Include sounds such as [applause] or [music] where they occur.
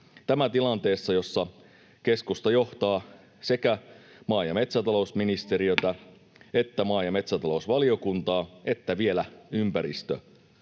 Tämä tilanteessa, jossa keskusta johtaa sekä maa- ja metsätalousministeriötä, [noise] maa- ja metsätalousvaliokuntaa että vielä